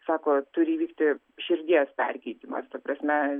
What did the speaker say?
sako turi įvykti širdies perkeitimas ta prasme